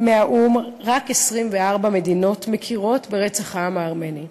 האו"ם רק 24 מדינות מכירות ברצח העם הארמני.